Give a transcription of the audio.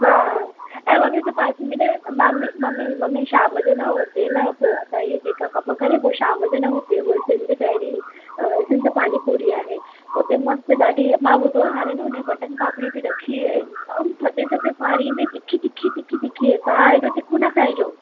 हा ऐं मम्मी हुते पासे में न मम्मी मम्मी शाम जो न हुते न पोइ असां ये जेका कमु करे पोइ शाम जो न हुते उहा सिंध डैरी सिंध पाणी पुरी आहे हुते मस्त ॾाढी मां ॿुधो आहे हाणे न हुन बटन पापड़ी बि रखी आहे ऐं थधे थधे पाणी में तिखी तिखी तिखी तिखी तव्हां हेॾो तिखो न खाइजो